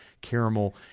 caramel